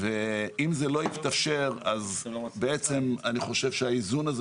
ואם זה לא יתאפשר אז בעצם אני חושב שהאיזון הזה